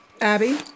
Abby